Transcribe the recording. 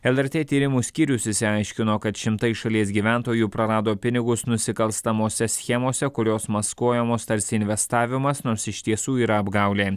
lrt tyrimų skyrius išsiaiškino kad šimtai šalies gyventojų prarado pinigus nusikalstamose schemose kurios maskuojamos tarsi investavimas nors iš tiesų yra apgaulė